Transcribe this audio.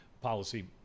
Policy